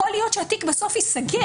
יכול להיות שהתיק ייסגר,